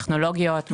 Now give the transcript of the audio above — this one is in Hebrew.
טכנולוגיות.